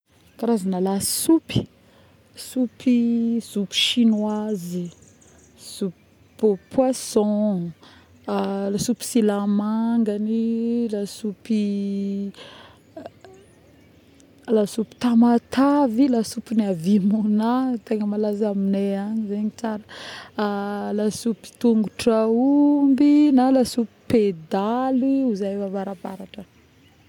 Karazagna lasopy soupe chinoizy, soupe p. poisson, lasopy silamangagny, lasopy˂hasitation˃lasopy Tamatavy lasopy ny avimonà, tegna malaza aminay agny tegna tsara, lasopy tongotra aomby na lasopy pédaly ozy zahay avy avarabaratra agny